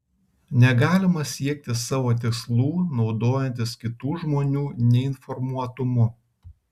negalima siekti savo tikslų naudojantis kitų žmonių neinformuotumu